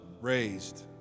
Raised